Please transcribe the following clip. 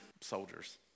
soldiers